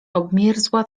obmierzła